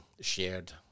shared